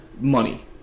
money